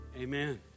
Amen